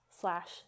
slash